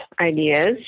ideas